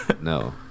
No